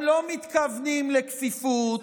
אתם לא מתכוונים לכפיפות.